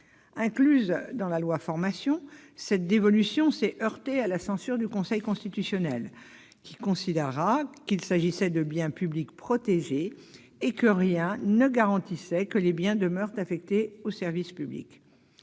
professionnelle, cette dévolution s'est heurtée à la censure du Conseil constitutionnel, qui a considéré qu'il s'agissait de biens publics protégés et que rien ne garantissait que ces biens demeurent affectés au service public.